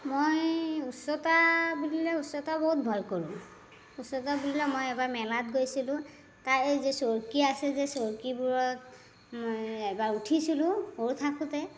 মই উচ্চতা বুলিলে উচ্চতা বহুত ভাল কৰোঁ উচ্চতা বুলিলে মই এবাৰ মেলাত গৈছিলোঁ তাৰ যে চকৰি আছে যে চকৰিবোৰত মই এবাৰ উঠিছিলোঁ সৰু থাকোঁতে